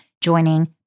joining